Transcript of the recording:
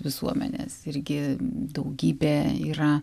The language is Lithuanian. visuomenės irgi daugybė yra